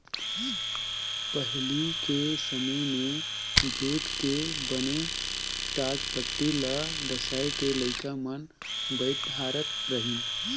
पहिली के समें मे जूट के बने टाटपटटी ल डसाए के लइका मन बइठारत रहिन